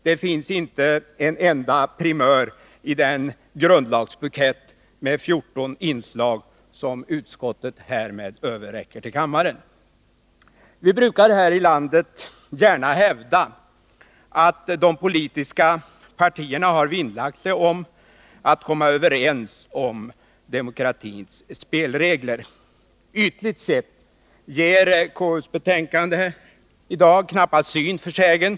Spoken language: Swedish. Det finns inte en enda primör i den grundlagsbukett med 14 inslag som utskottet härmed överräcker till kammaren. Vi brukar här i landet gärna hävda att de politiska partierna har vinnlagt sig om att komma överens om demokratins spelregler. Ytligt sett ger KU:s betänkande knappast syn för sägen.